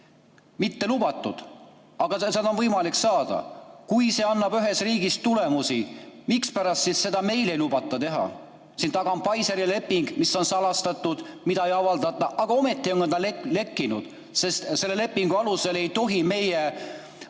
lubatud, aga seda on võimalik saada. Kui see annab ühes riigis tulemusi, mispärast siis seda meil ei lubata teha? Siin taga on Pfizeri leping, mis on salastatud, mida ei avaldata, aga ometi on ta lekkinud. Selle lepingu alusel ei tohi me